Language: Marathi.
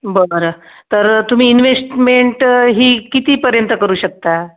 बरं तर तुम्ही इनवेश्टमेंट ही कितीपर्यंत करू शकता